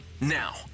Now